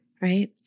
right